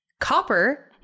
copper